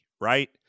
right